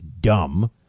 dumb